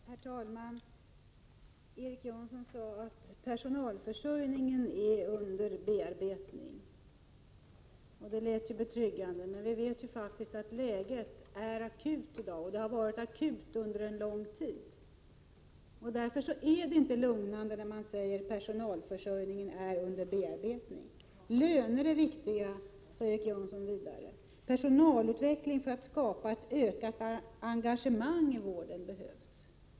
Herr talman! Erik Janson sade att personalförsörjningen är under bearbetning. Det lät betryggande, men vi vet faktiskt att läget är akut i dag och att det har varit akut under lång tid. Därför är det inte lugnande att höra att personalförsörjningen är under bearbetning. Löner är viktiga, sade Erik Janson vidare, och personalutveckling för att skapa ett ökat engagemang i vården behövs.